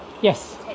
Yes